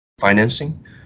financing